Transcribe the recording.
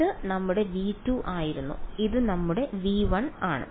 ഇത് നമ്മുടെ V2 ആയിരുന്നു ഇത് നമ്മുടെ V1 ആണ്